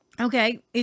Okay